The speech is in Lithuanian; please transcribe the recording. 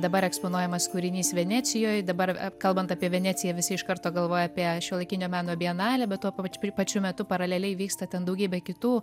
dabar eksponuojamas kūrinys venecijoj dabar kalbant apie veneciją visi iš karto galvoja apie šiuolaikinio meno bienalę be tuo pačiu metu paraleliai vyksta ten daugybė kitų